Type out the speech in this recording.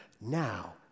now